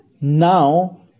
now